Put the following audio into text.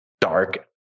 dark